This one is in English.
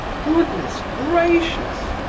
goodness gracious!